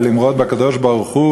ולמרוד בקדוש-ברוך-הוא,